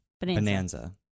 Bonanza